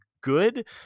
good